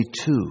two